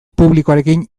publikoarekin